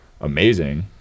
amazing